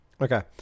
Okay